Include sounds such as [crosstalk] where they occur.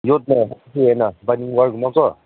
ꯌꯣꯠꯀ [unintelligible] binding ꯋꯥꯌꯥꯔꯒꯨꯝꯕꯀꯣ